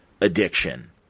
addiction